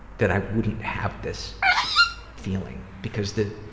that i wouldn't have this feeling. because the,